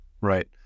Right